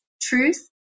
truth